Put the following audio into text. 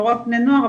לא רק בני נוער,